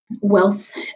wealth